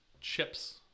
chips